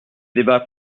débats